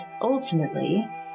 ultimately